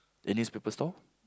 the newspaper store